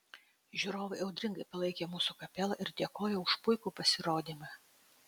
žiūrovai audringai palaikė mūsų kapelą ir dėkojo už puikų pasirodymą